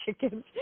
chickens